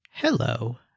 Hello